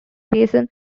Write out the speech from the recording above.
basin